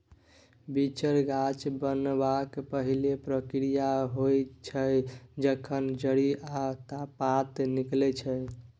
बीचर गाछ बनबाक पहिल प्रक्रिया होइ छै जखन जड़ि आ पात निकलै छै